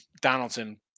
Donaldson